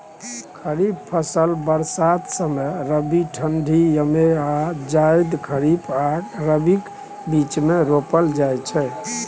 खरीफ फसल बरसात समय, रबी ठंढी यमे आ जाएद खरीफ आ रबीक बीचमे रोपल जाइ छै